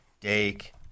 Dake